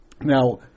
Now